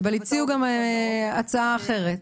אבל הציעו גם הצעה אחרת.